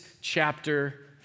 chapter